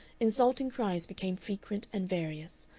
insulting cries became frequent and various,